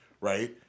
right